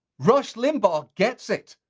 rush limbaugh gets it.